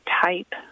type